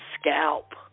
scalp